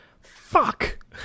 Fuck